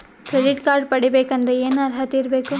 Credit card ಪಡಿಬೇಕಂದರ ಏನ ಅರ್ಹತಿ ಇರಬೇಕು?